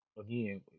Again